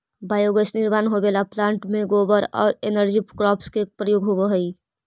biogas निर्माण होवेला plant में गोबर औउर एनर्जी क्रॉप्स के प्रयोग होवऽ हई